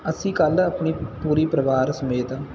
ਅਸੀਂ ਕੱਲ੍ਹ ਆਪਣੇ ਪੂਰੇ ਪਰਿਵਾਰ ਸਮੇਤ